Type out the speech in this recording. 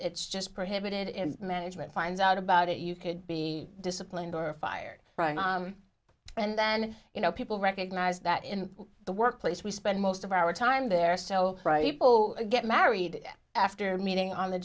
it's just prohibited in management finds out about it you could be disciplined or fired and then you know people recognize that in the workplace we spend most of our time there so bright people get married after meeting on the